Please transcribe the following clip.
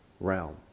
realm